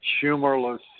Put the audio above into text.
humorless